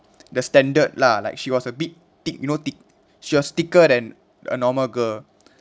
the standard lah like she was a bit thick you know thick she was thicker than a normal girl